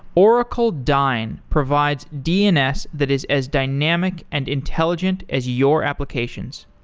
oracle dyn provides dns that is as dynamic and intelligent as your applications.